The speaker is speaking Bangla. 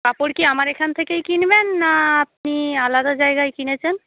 কাপড় কি আমার এখান থেকেই কিনবেন না আপনি আলাদা জায়গায় কিনেছেন